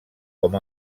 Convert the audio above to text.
com